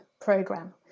program